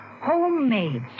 Homemade